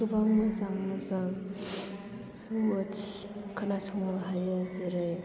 गोबां मोजां मोजां वर्ड्स खोनासंनो हायो जेरै